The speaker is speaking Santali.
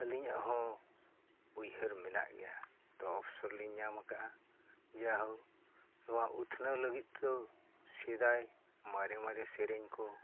ᱟᱹᱞᱤᱧᱟᱜ ᱦᱚᱸ ᱩᱭᱦᱟᱹᱨ ᱢᱮᱱᱟᱜ ᱜᱮᱭᱟ ᱛᱚ ᱚᱯᱷᱥᱚᱨ ᱞᱤᱧ ᱧᱟᱢ ᱟᱠᱟᱫᱟ ᱡᱮᱦᱚᱸ ᱱᱚᱣᱟ ᱩᱛᱱᱟᱹᱣ ᱞᱟᱹᱜᱤᱫ ᱛᱮᱫᱚ ᱥᱮᱫᱟᱭ ᱢᱟᱨᱮ ᱢᱟᱨᱮ ᱥᱮᱨᱮᱧ ᱠᱚ